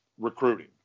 Recruiting